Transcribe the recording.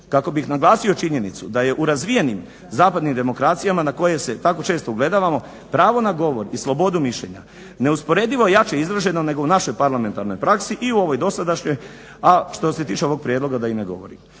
kako bih naglasio činjenicu da je u razvijenim zapadnim demokracijama na koje se tako često ugledavamo pravo na govor i slobodu mišljenja neusporedivo je jače izraženo nego u našoj parlamentarnoj praksi i u ovoj dosadašnjoj, a što se tiče ovog prijedloga da i ne govorim.